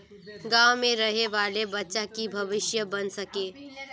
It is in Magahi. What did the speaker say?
गाँव में रहे वाले बच्चा की भविष्य बन सके?